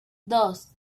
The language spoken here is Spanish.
dos